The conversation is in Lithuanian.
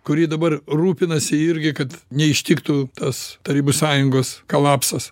kuri dabar rūpinasi irgi kad neištiktų tas tarybų sąjungos kalapsas